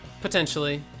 Potentially